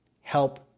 help